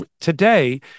today